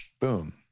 Boom